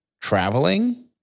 traveling